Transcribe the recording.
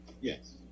Yes